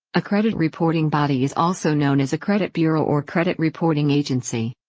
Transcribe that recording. ah credit reporting bodies also known as a credit bureau or credit reporting agency.